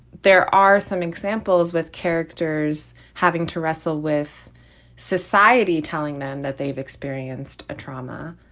there are some examples with characters having to wrestle with society, telling them that they've experienced a trauma